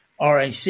RAC